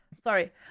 Sorry